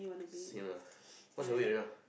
same lah what's your weight right now